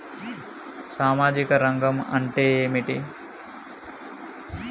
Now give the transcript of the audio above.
సామాజిక రంగం అంటే ఏమిటి?